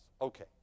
Okay